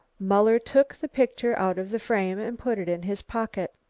muller took the picture out of the frame and put it in his pocket.